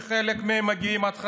וחלק מהם מגיעים עד חדרה.